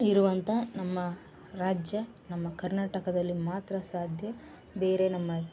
ಇರುವಂಥ ನಮ್ಮ ರಾಜ್ಯ ನಮ್ಮ ಕರ್ನಾಟಕದಲ್ಲಿ ಮಾತ್ರ ಸಾಧ್ಯ ಬೇರೆ ನಮ್ಮ